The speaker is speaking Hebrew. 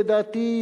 לדעתי,